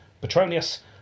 Petronius